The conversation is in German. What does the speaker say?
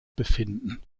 befinden